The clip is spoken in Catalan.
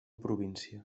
província